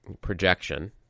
projection